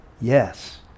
Yes